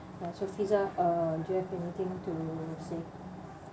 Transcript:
so fizah uh do you have anything to say